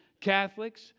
Catholics